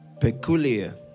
peculiar